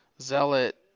Zealot